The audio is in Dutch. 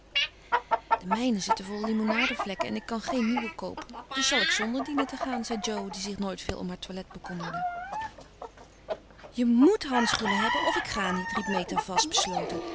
de mijne zitten vol limonadevlekken en ik kan geen nieuwe koopen dus zal ik zonder dienen te gaan zei jo die zich nooit veel om haar toilet bekommerde je moet handschoenen hebben of ik ga niet riep meta vast besloten